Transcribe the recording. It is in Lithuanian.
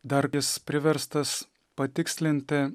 dar jis priverstas patikslinti